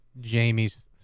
Jamie's